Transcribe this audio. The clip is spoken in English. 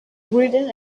written